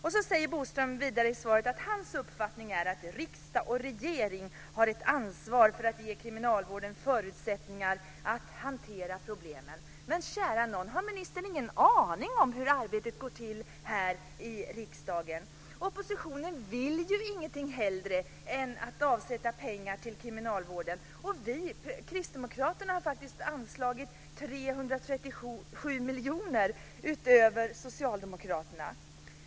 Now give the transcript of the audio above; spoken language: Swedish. Vidare säger Bodström i svaret att hans uppfattning är "att regering och riksdag har ett ansvar för att ge kriminalvården förutsättningar att hantera problemen". Men kära nån! Har ministern ingen aning om hur arbetet går till här i riksdagen? Oppositionen vill ju ingenting hellre än att avsätta pengar till kriminalvården. Och vi, Kristdemokraterna, har faktiskt anslagit 337 miljoner utöver Socialdemokraterna.